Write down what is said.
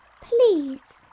Please